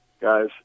guys